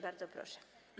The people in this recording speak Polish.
Bardzo proszę.